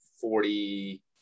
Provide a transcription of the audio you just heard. forty